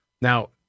Now